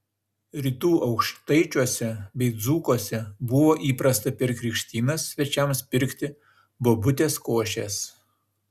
rytų aukštaičiuose bei dzūkuose buvo įprasta per krikštynas svečiams pirkti bobutės košės